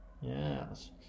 Yes